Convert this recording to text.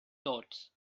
thoughts